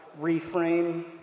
reframe